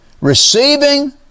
Receiving